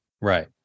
right